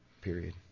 period